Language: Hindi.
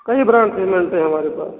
कई ब्रांड के मिलते हैं हमारे पास